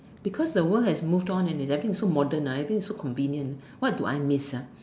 because the world has moved on and everything is so modern ah everything is so convenient what do I miss